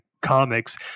comics